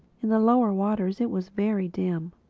in the lower waters it was very dim.